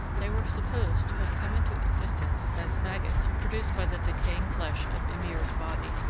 they were supposed to have come into existence as maggots produced by the decaying flesh of ymir's body,